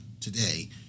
today